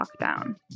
lockdown